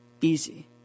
easy